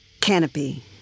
Canopy